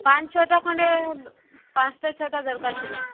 ପାଞ୍ଚ ଛଅଟା ଖଣ୍ଡେ ହେବ ପାଞ୍ଚଟା ଛଅଟା ଦରକାର ଥିଲା